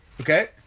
Okay